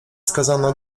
skazano